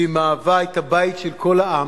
שהיא הבית של כל העם,